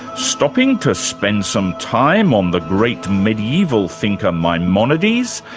stopping to spend some time on the great medieval thinker maimonides,